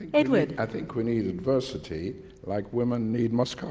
edward. i think we need adversity like women need mascara.